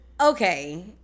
okay